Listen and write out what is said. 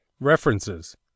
References